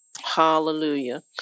Hallelujah